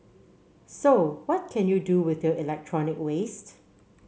so what can you do with your electronic waste